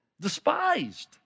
despised